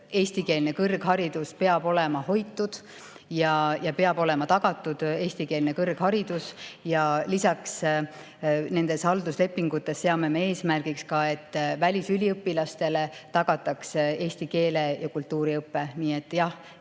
eestikeelne kõrgharidus peab olema hoitud, peab olema tagatud eestikeelne kõrgharidus. Ja lisaks, nendes halduslepingutes me seame eesmärgiks, et välisüliõpilastele tagatakse eesti keele ja kultuuri õpe. Nii et jah,